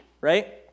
right